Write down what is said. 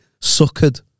suckered